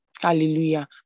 hallelujah